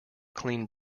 clean